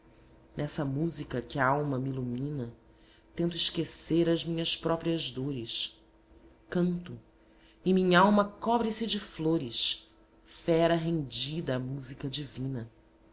nessa música que a alma me ilumina tento esquecer as minhas próprias dores canto e minhalma cobre se de flores fera rendida à música divina